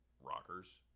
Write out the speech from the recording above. rockers